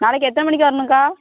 நாளைக்கு எத்தனை மணிக்கு வரணும்கா